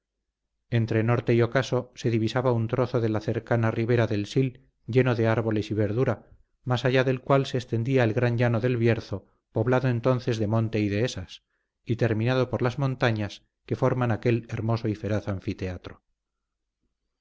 entre norte y ocaso se divisaba un trozo de la cercana ribera del sil lleno de árboles y verdura más allá del cual se extendía el gran llano del bierzo poblado entonces de monte y dehesas y terminado por las montañas que forman aquel hermoso y feraz anfiteatro